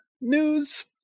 news